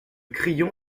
crillon